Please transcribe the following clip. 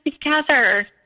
together